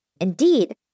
Indeed